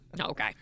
Okay